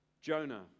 Jonah